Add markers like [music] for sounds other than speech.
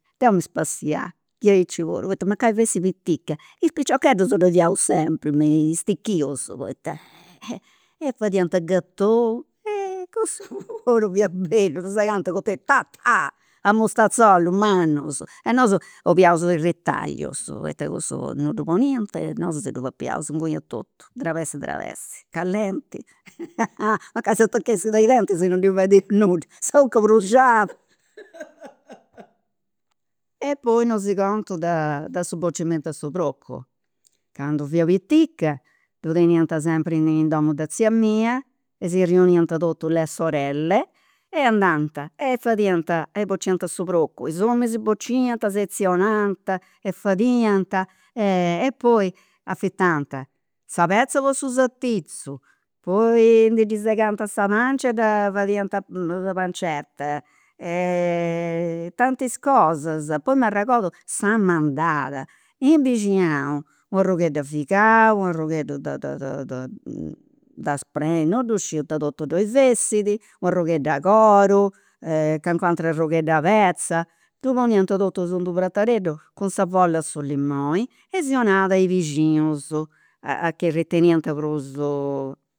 Deu mi spassià diaici puru, poita mancai fessi pitica is piciocheddus ddoi fiaus sempri me i stichius, poita e [hesitation] e fadiant gatou [laughs] cussu puru fiat bellu, segant a goteddu tac tac, a mustazolus mannus e nosu 'oliaus i' ritallius poita cussu non ddu poniant e nosu si ddu papaiaus inguni a totu trebessi trebessi, callenti [laughs] mancai s'atachessit a i' dentis non ndi fadiat nudda, sa 'ucca bruxiat. [laughs] E poi non si contu da de su boccimentu 'e su procu, candu fia pitica ddu teniant sempri in domu de tzia mia e si riuniant totus le sorelle e andant e fadiant e bociant su procu, is ominis bociant, setzionant e fadiant e poi afitant sa petza po su sartizzu poi ndi segant sa pancia e dda fadiant a pancetta e [hesitation] tantis cosas poi m'arregordu sa mandada, in bixinau u' arroghedd'e figau, u' arrogheddu [hesitation] de spreni, non ddu sciu ita totu ddoi fessit, u' arroghedd'e coru calincunu ateru arroghedd'e petza, ddu poniant totu in d'unu pratareddu cun sa foll'e su limoni e si 'onat a is bixinus, a chi riteniant prus [hesitation]